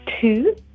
two